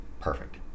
perfect